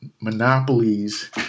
monopolies